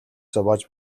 зовоож